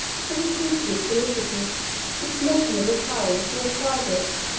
he repeatedly solicited the permission of retiring to a private,